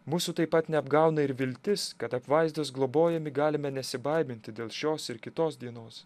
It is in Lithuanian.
mūsų taip pat neapgauna ir viltis kad apvaizdos globojami galime nesibaiminti šios ir kitos dienos